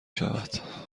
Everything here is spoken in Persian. شود